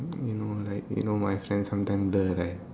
you know like you know my friend sometime blur right